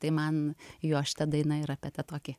tai man jo šita daina yra apie tą tokį